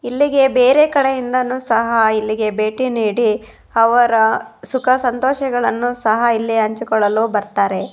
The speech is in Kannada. ಇಲ್ಲಿಗೆ ಬೇರೆ ಕಡೆಯಿಂದನೂ ಸಹ ಇಲ್ಲಿಗೆ ಭೇಟಿ ನೀಡಿ ಅವರ ಸುಖ ಸಂತೋಷಗಳನ್ನು ಸಹ ಇಲ್ಲಿ ಹಂಚಿಕೊಳ್ಳಲು ಬರ್ತಾರೆ